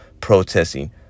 protesting